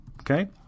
Okay